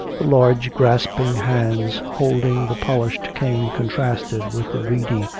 the large grasping hands holding the polished cane contrasted with the reedy,